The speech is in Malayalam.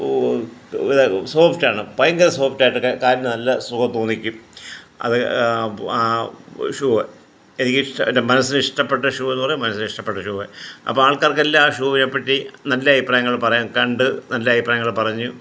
ഓ സോഫ്റ്റാണ് ഭയങ്കര സോഫ്റ്റായിട്ട് കാലിന് നല്ല സുഖം തോന്നിക്കും അത് ആ ഷൂവ് എനിക്ക് ഇഷ്ടം എൻ്റെ മനസ്സിന് ഇഷ്ടപ്പെട്ട ഷൂവ് എന്ന് പറഞ്ഞാൽ മനസ്സിന് ഇഷ്ടപ്പെട്ട ഷൂവ് അപ്പം ആൾക്കാർക്കെല്ലാം ആ ഷൂവിനെപ്പറ്റി നല്ല അഭിപ്രായങ്ങൾ പറയാം കണ്ട് നല്ല അഭിപ്രായങ്ങൾ പറഞ്ഞു